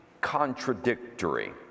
contradictory